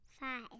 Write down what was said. Five